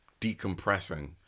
decompressing